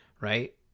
right